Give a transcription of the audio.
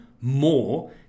more